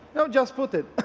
you know just put it.